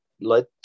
let